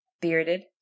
bearded